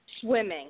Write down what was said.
swimming